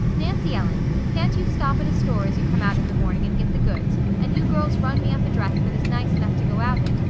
nancy ellen, can't you stop at a store as you come out in the morning and get the goods, and you girls run me up a dress that is nice enough to go out in,